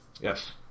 yes